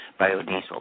biodiesel